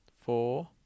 Four